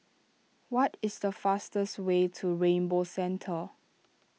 what is the fastest way to Rainbow Centre